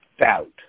doubt